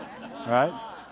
right